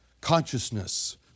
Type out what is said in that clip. consciousness